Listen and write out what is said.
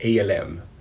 ALM